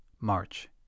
March